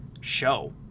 show